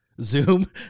Zoom